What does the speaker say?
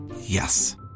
Yes